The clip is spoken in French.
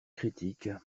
critique